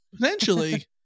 potentially